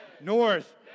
North